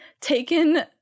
taken